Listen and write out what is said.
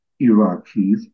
Iraqis